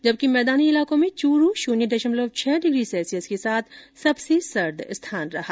जबकि मैदानी इलाको में चूरू शून्य दशमलव छह डिग्री सैल्सियस के साथ सबसे सर्द स्थान रहा